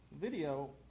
video